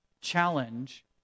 challenge